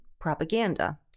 propaganda